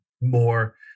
more